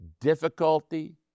difficulty